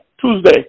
Tuesday